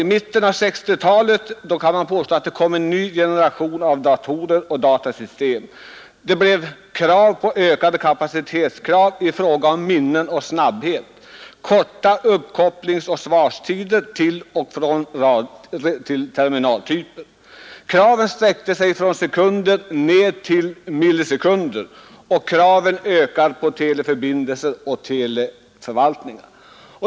I mitten av 1960-talet, kan man påstå, kom det en ny generation av datorer och datasystem. Det blev ökade kapacitetskrav i fråga om minne och snabbhet, korta kopplingsoch svarstider till och från terminaltyper. Kraven sträckte sig från sekunder ned till millisekunder, och kraven ökade på teleförbindelser och teleförvaltningar.